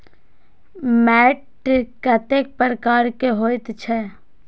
मैंट कतेक प्रकार के होयत छै?